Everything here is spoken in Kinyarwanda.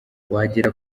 wagera